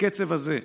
בקצב הזה,